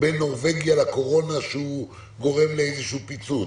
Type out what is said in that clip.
בין נורבגיה לקורונה שהוא גורם לאיזה פיצוץ.